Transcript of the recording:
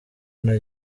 nta